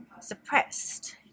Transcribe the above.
suppressed